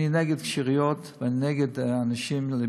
אני נגד קשירות, ואני נגד בידוד